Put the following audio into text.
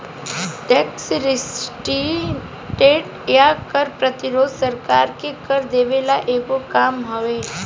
tax resistance या कर प्रतिरोध सरकार के कर देवे वाला एगो काम हवे